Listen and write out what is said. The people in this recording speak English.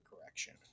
correction